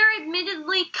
admittedly